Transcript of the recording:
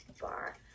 Bar